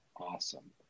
Awesome